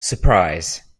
surprise